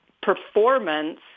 performance